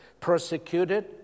Persecuted